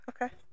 Okay